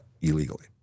illegally